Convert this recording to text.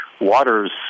Waters